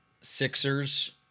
Sixers